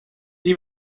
die